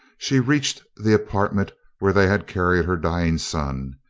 she reached the apartment where they had carried her dying son.